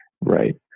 Right